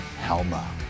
Helma